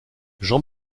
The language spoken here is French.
jean